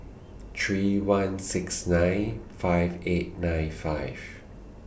three one six nine five eight nine five